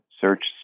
search